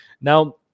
now